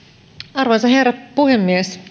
arvoisa herra puhemies